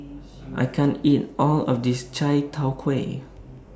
I can't eat All of This Chai Tow Kuay